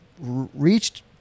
reached